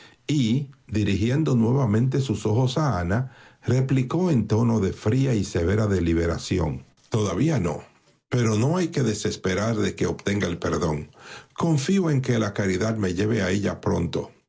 y dirigiendo nuevamente sus ojos a ana replicó en tono de fría y severa deliberación todavía no pero no hay que desesperar de que obtenga el perdón confío en que la caridad me lleve a ella pronto